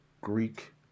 Greek